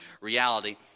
reality